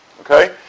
Okay